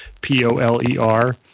P-O-L-E-R